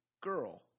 girl